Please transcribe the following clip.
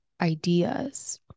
ideas